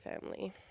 family